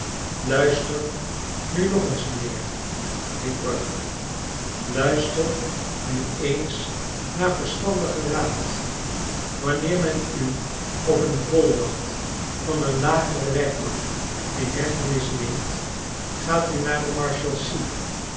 luister nu nog eens mijnheer riep rugg luister nu eens naar verstandigen raad wanneer men u op een volmacht van een lagere rechtbank in hechtenis neemt gaat u naar de marshalsea